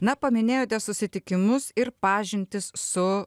na paminėjote susitikimus ir pažintis su